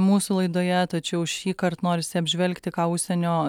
mūsų laidoje tačiau šįkart norisi apžvelgti ką užsienio